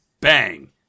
bang